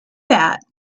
that